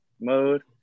mode